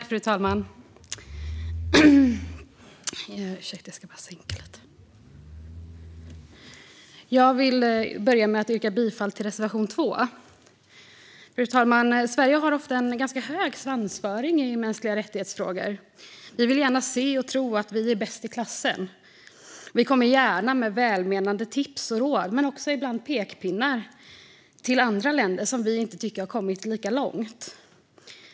Fru talman! Jag vill börja med att yrka bifall till reservation 2. Sverige har ofta en ganska hög svansföring i frågor om mänskliga rättigheter. Vi vill gärna se och tro att vi är bäst i klassen. Vi kommer gärna med välmenande tips och råd men också ibland pekpinnar till andra länder som vi inte tycker har kommit lika långt.